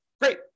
Great